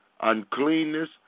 uncleanness